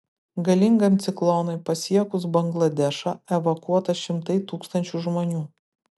galingam ciklonui pasiekus bangladešą evakuota šimtai tūkstančių žmonių